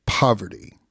Poverty